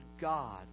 God